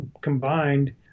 combined